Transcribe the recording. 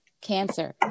cancer